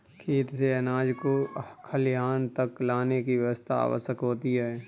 खेत से अनाज को खलिहान तक लाने की व्यवस्था आवश्यक होती है